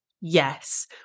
Yes